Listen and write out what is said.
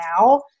now